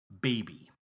Baby